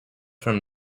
from